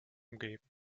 umgeben